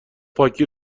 پاکی